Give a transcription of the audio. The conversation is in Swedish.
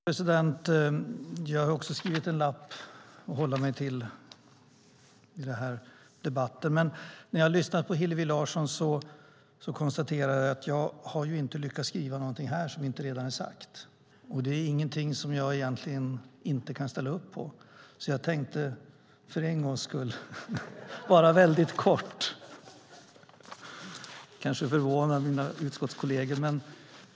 Herr ålderspresident! Jag hade skrivit en lapp att hålla mig till i den här debatten, men när jag har lyssnat på Hillevi Larsson konstaterar jag att jag inte har lyckats skriva någonting som inte redan är sagt. Det fanns egentligen inget som jag inte kan ställa upp på, så därför tänkte jag för en gångs skull vara väldigt kort, vilket kanske förvånar mina utskottskolleger.